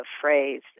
phrase